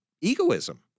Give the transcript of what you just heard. egoism